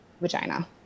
vagina